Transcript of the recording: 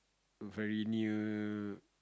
very near